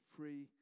Free